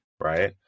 right